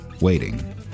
waiting